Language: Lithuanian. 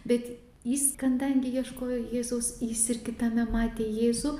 bet jis kadangi ieškojo jėzaus jis ir kitame matė jėzų